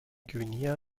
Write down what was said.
guinea